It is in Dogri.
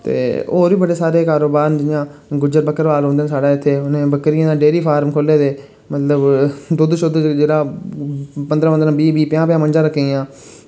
ते और बी बड़े सारे कारोबार न जि'यां गुज्जर बक्करवाल रौंह्दे न साढ़े इत्थै उ'नै बकरियें दे डेरी फार्म खोह्ले दे मतलब दुद्ध शुद्ध जेह्ड़ा पंदरा पंदरा बीह् बीह् प'ञां प'ञां मंझा रक्खी दियां